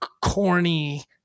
corny